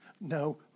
No